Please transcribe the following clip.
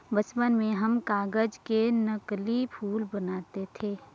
बचपन में हम कागज से नकली फूल बनाते थे